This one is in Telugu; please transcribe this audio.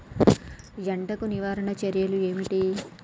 ఎండకు నివారణ చర్యలు ఏమిటి?